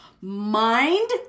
mind